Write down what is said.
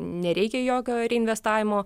nereikia jokio reinvestavimo